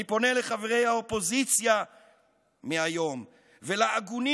אני פונה לחברי האופוזיציה מהיום ולהגונים